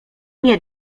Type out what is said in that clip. nie